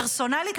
פרסונלית,